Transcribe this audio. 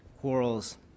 quarrels